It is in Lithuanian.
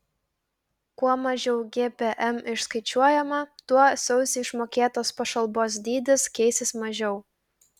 kuo mažiau gpm išskaičiuojama tuo sausį išmokėtos pašalpos dydis keisis mažiau